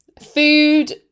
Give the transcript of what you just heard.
Food